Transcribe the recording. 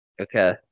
Okay